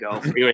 go